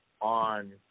on